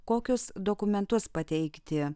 kokius dokumentus pateikti